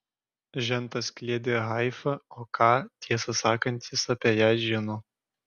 žentas kliedi haifa o ką tiesą sakant jis apie ją žino